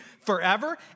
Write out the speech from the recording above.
forever